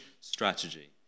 strategy